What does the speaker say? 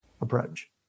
approach